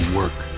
work